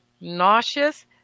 nauseous